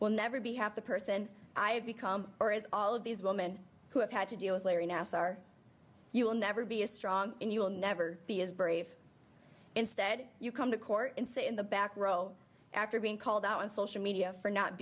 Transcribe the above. will never be half the person i have become or is all of these women who have had to deal with larry nascar you will never be as strong and you will never be as brave instead you come to court and sit in the back row after being called out on social media for not